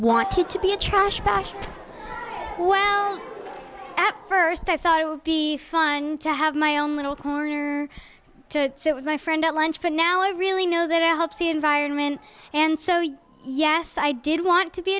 wanted to be a trash back at st i thought it would be fun to have my own little corner to sit with my friend at lunch but now i really know that it helps the environment and so yeah yes i did want to be